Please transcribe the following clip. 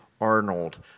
Arnold